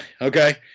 Okay